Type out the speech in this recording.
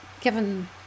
given